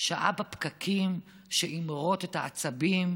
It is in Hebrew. שעה בפקקים שתמרוט את העצבים?